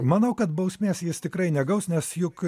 manau kad bausmės jis tikrai negaus nes juk